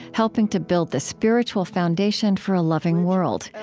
helping to build the spiritual foundation for a loving world.